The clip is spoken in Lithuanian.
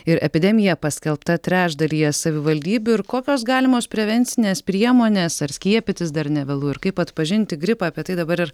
ir epidemija paskelbta trečdalyje savivaldybių ir kokios galimos prevencinės priemonės ar skiepytis dar nevėlu ir kaip atpažinti gripą apie tai dabar ir